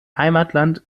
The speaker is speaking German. heimatland